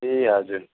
ए हजुर